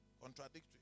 Contradictory